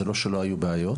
זה לא שלא היו בעיות,